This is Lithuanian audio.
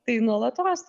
tai nuolatos